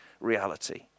reality